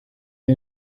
est